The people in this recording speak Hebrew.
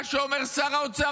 מה אומר שר האוצר?